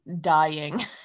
dying